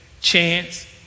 chance